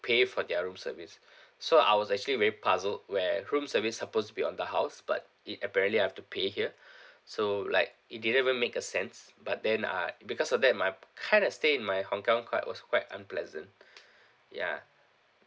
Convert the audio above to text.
pay for their room service so I was actually very puzzled where room service supposed to be on the house but it apparently have to pay here so like it didn't even make a sense but then uh because of that my kind of stay in my hong kong quite was quite unpleasant ya